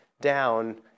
down